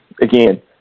Again